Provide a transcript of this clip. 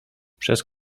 przez